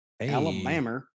Alabama